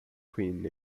queen